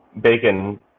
Bacon